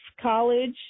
College